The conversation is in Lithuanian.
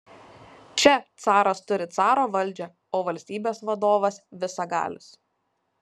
čia caras turi caro valdžią o valstybės vadovas visagalis